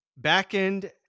backend